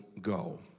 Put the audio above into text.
go